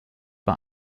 war